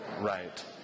right